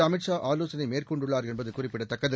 அமித் ஷா ஆலோசனை மேற்கொண்டுள்ளார் என்பது குறிப்பிடத்தக்கது